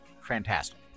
fantastic